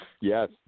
Yes